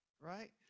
Right